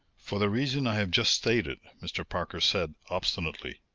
for the reason i have just stated, mr. parker said obstinately.